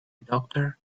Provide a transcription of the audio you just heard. doctor